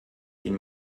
den